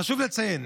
חשוב לציין